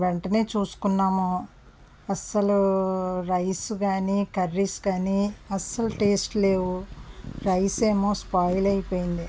వెంటనే చూసుకున్నాము అస్సలు రైస్ కాని కర్రీస్ కాని అసలు టేస్ట్ లేవు రైస్ ఏమో స్పాయిల్ అయిపోయింది